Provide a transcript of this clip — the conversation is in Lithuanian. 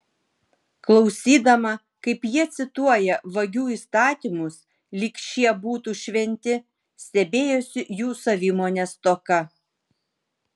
klausydama kaip jie cituoja vagių įstatymus lyg šie būtų šventi stebėjosi jų savimonės stoka